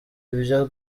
ibyo